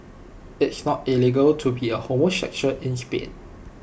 it's not illegal to be A homosexual in Spain